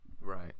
Right